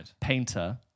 painter